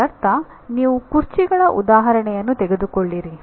ಇದರರ್ಥ ನೀವು ಕುರ್ಚಿಗಳ ಉದಾಹರಣೆಯನ್ನು ತೆಗೆದುಕೊಳ್ಳಿರಿ